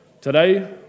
today